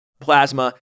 plasma